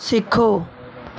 ਸਿੱਖੋ